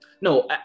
No